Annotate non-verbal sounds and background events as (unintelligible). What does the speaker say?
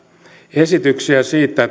esityksiä siitä (unintelligible)